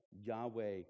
Yahweh